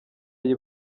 iyi